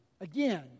again